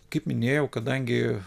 kaip minėjau kadangi